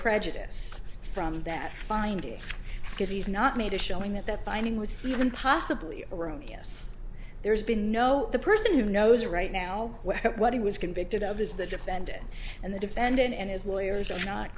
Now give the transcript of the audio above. prejudice from that finding because he's not made a showing that that finding was even possibly erroneous there's been no the person who knows right now what he was convicted of is the defendant and the defendant and his lawyers are not